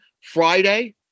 Friday